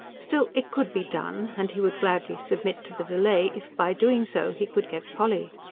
still it could be done and he would gladly submit to the delay if, by doing so, he could get polly.